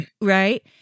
right